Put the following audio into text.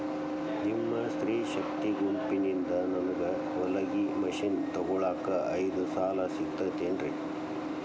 ನಿಮ್ಮ ಸ್ತ್ರೇ ಶಕ್ತಿ ಗುಂಪಿನಿಂದ ನನಗ ಹೊಲಗಿ ಮಷೇನ್ ತೊಗೋಳಾಕ್ ಐದು ಸಾಲ ಸಿಗತೈತೇನ್ರಿ?